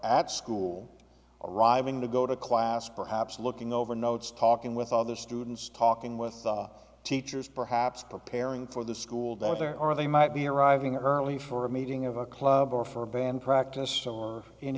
ads arriving to go to class perhaps looking over notes talking with other students talking with teachers perhaps preparing for the school day if there are they might be arriving early for a meeting of a club or for a band practice or in